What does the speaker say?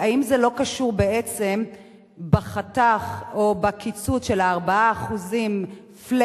האם זה לא קשור בעצם בקיצוץ של 4% flat